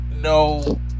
no